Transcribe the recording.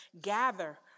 gather